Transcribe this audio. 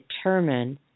determine